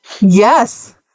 Yes